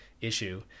issue